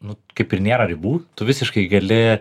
nu kaip ir nėra ribų tu visiškai gali